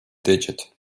digit